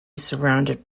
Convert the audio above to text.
surrounded